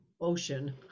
ocean